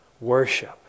worship